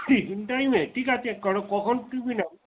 এই টাইমে ঠিক আছে কারো কখন তুমি না